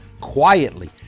quietly